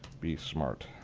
be smart,